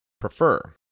prefer